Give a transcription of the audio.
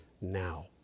now